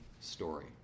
story